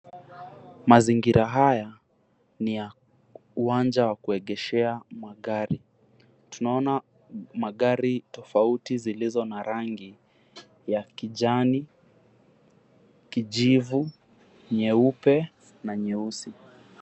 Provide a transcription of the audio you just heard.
Mazingira haya ni ya uwanja wa kuegeshea magari. Tunaona magari tofauti zilizo na rangi ya kijani, kijivu, nyeupe na nyeusi.